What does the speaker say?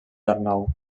arnau